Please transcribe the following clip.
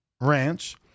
Ranch